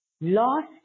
lost